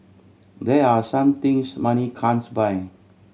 there are some things money can't buy